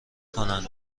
کنند